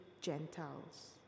Gentiles